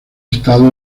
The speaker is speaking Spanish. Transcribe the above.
estado